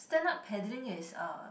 stand up paddling is uh